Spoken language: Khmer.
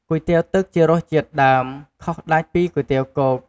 គុយទាវទឹកជារសជាតិដើម ខុសដាច់ពីគុយទាវគោក។